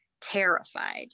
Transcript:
terrified